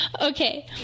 Okay